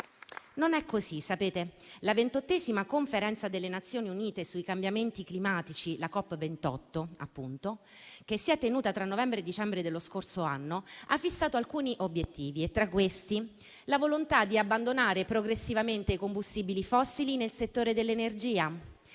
Non è così. La ventottesima Conferenza delle Nazioni Unite sui cambiamenti climatici, appunto la COP28, che si è tenuta tra novembre e dicembre dello scorso anno, ha fissato alcuni obiettivi; tra questi, la volontà di abbandonare progressivamente i combustibili fossili nel settore dell'energia,